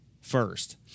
first